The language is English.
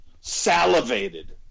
salivated